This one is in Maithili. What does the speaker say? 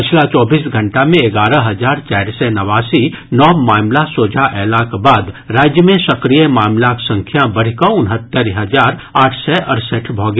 पछिला चौबीस घंटा मे एगारह हजार चारि सँ नवासी नव मामिला सोझा अयलाक बाद राज्य मे सक्रिय मामिलाक संख्या बढ़ि कऽ उनहत्तरि हजार आठ सय अड़सठि भऽ गेल